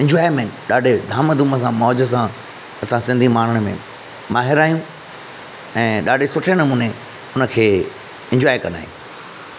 enjoyment ॾाढे धाम धूम सां मौज सां असां सिंधी माण्हुनि में माहिर आहियूं ऐं ॾाढे सुठे नमूने हुनखे इंजॉय कंदा आहियूं